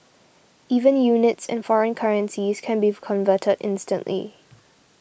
even units and foreign currencies can be converted instantly